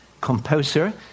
composer